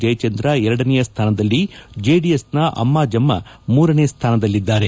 ಜಯಚಂದ್ರ ಎರಡನೆಯ ಸ್ಥಾನದಲ್ಲಿ ಜೆಡಿಎಸ್ನ ಅಮ್ಮಾಜಮ್ಮ ಮೂರನೇ ಸ್ಣಾನದಲ್ಲಿದ್ದಾರೆ